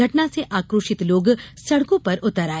घटना से आक्रोशित लोग सड़कों पर उतर आए